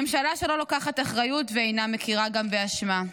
ממשלה שלא לוקחת אחריות וגם אינה מכירה באשמה.